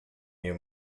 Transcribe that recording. you